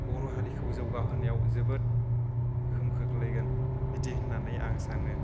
बर' हारिखौ जौगा होनायाव जोबोद गोहोम खोख्लैगोन बिदि होन्नानै आं सानो